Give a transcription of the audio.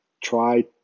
try